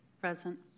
Present